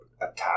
attack